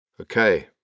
Okay